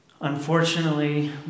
Unfortunately